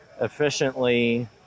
efficiently